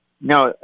No